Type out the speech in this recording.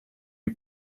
you